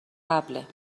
قبله